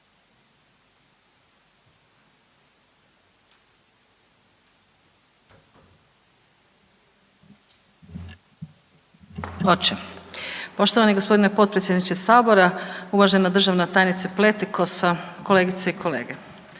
Poštovani gospodine potpredsjedniče sabora, uvažena državna tajnice Pletikosa, kolegice i kolege,